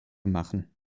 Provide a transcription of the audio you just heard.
machen